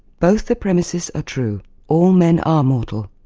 both the premises are true all men are mortal,